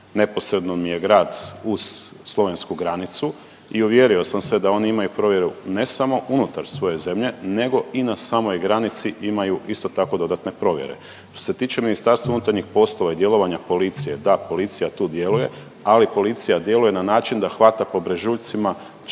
neposredno mi je grad uz slovensku granicu i uvjerio sam se da oni imaju provjeru, ne samo unutar svoje zemlje, nego i na samoj granici imaju isto tako, dodatne provjere. Što se tiče Ministarstva unutarnjih poslova i djelovanja policije, da, policija tu djeluje, ali policija djeluje na način da hvata po brežuljcima, čak evo,